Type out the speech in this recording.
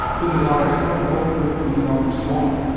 this is ah rn's health report with me, norman swan.